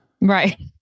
Right